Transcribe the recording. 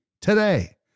today